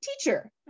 teacher